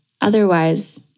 otherwise